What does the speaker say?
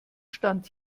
stand